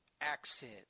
accent